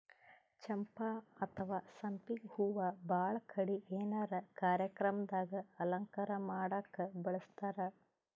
ಚಂಪಾ ಅಥವಾ ಸಂಪಿಗ್ ಹೂವಾ ಭಾಳ್ ಕಡಿ ಏನರೆ ಕಾರ್ಯಕ್ರಮ್ ದಾಗ್ ಅಲಂಕಾರ್ ಮಾಡಕ್ಕ್ ಬಳಸ್ತಾರ್